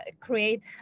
create